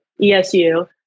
ESU